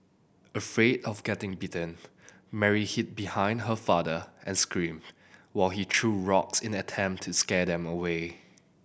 afraid of getting bitten Mary hid behind her father and screamed while he threw rocks in an attempt to scare them away